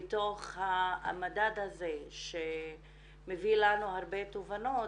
מתוך המדד הזה שמביא לנו הרבה, תובנות